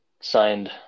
signed